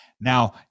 Now